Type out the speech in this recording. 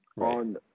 on